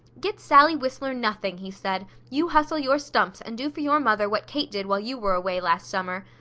get sally whistler, nothing! he said. you hustle your stumps and do for your mother what kate did while you were away last summer.